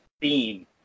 theme